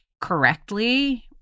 correctly